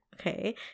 okay